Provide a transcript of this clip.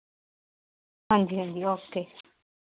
ਹਾਂਜੀ ਹਾਂਜੀ ਓਕੇ